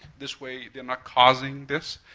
this way, they're not causing this,